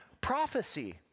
prophecy